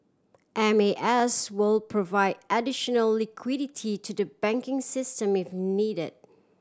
M A S will provide additional liquidity to the banking system if needed